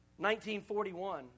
1941